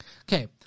Okay